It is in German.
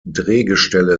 drehgestelle